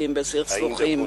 קונפליקטים וסכסוכים.